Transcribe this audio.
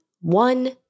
one